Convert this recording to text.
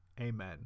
Amen